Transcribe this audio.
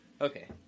Okay